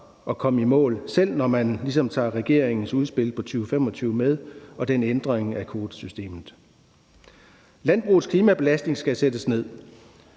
at komme i mål med, selv når man ligesom tager regeringens udspil for 2025 med og den ændring af kvotesystemet. Landbrugets klimabelastning skal sættes ned.